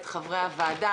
חבריי חברי הוועדה,